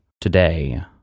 Today